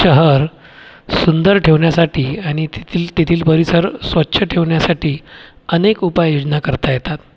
शहर सुंदर ठेवण्यासाठी आणि तेथील तेथील परिसर स्वच्छ ठेवण्यासाठी अनेक उपाययोजना करता येतात